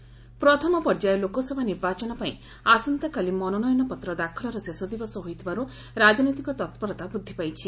election activity ପ୍ରଥମ ପର୍ଯ୍ୟାୟ ଲୋକସଭା ନିର୍ବାଚନ ପାଇଁ ଆସନ୍ତାକାଲି ମନୋନୟନ ପତ୍ର ଦାଖଲର ଶେଷ ଦିବସ ହୋଇଥିବାରୁ ରାଜନୈତିକ ତତ୍ପରତା ବୃଦ୍ଧିପାଇଛି